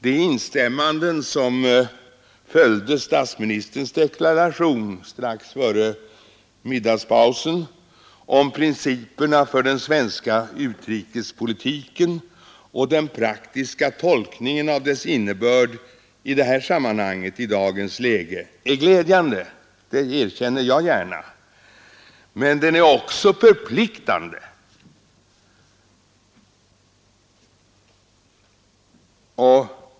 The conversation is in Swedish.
De instämmanden som följde statsministerns deklaration strax före middagspausen om principerna för den svenska utrikespolitiken och den praktiska tolkningen av dess innebörd i detta sammanhang i dagens läge är glädjande — det erkänner jag gärna. Men de är också förpliktande.